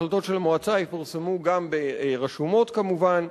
החלטות של המועצה יפורסמו גם ברשומות, כמובן,